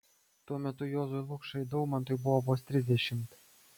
tuo metu juozui lukšai daumantui buvo vos trisdešimt